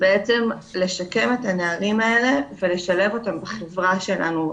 בעצם לשקם את הנערים האלה ולשלב אותם בחברה שלנו,